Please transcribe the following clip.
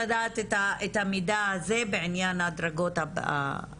אז אני מבקשת לדעת את המידע הזה בעניין הדרגות הבכירות.